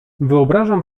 wyobrażam